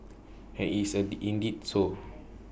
and it's A indeed so